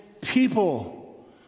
people